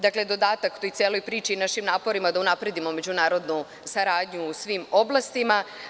Dakle, dodatak toj celoj priči i našim naporima da unapredimo međunarodnu saradnju u svim oblastima.